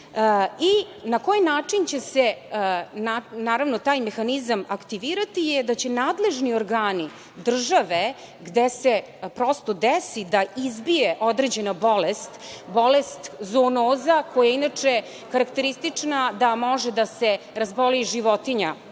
i na koji način će se naravno taj mehanizam aktivirati je da će nadležni organi države gde se prosto desi da izbije određena bolest, bolest zoonoza, koja je inače karakteristična da može da se razboli životinja,